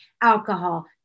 alcohol